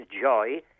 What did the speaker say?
joy